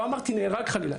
לא אמרתי נהרג חלילה,